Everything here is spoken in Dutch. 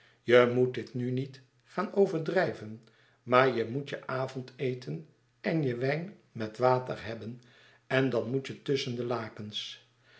je moet dit nu niet gaan overdrijven maar je moet je avondeten en jewijn met water hebben en dan moet je tusschen de lakens